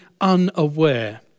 unaware